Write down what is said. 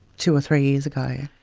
two or three years ago.